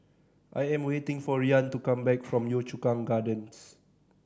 I am waiting for Rian to come back from Yio Chu Kang Gardens